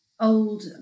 old